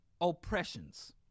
oppressions